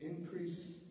increase